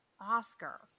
Oscar